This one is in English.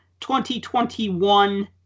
2021